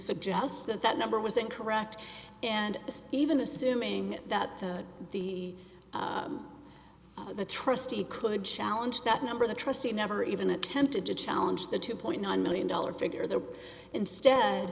suggest that that number was incorrect and as even assuming that the the trustee could challenge that number the trustee never even attempted to challenge the two point nine million dollars figure there instead